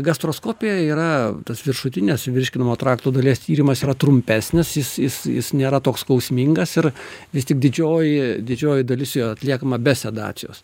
gastroskopija yra tas viršutinės virškinamojo trakto dalies tyrimas yra trumpesnis jis jis jis nėra toks skausmingas ir vis tik didžioji didžioji dalis jo atliekama be sedacijos